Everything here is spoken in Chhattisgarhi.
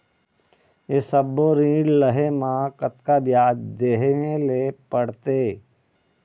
ये सब्बो ऋण लहे मा कतका ब्याज देहें ले पड़ते?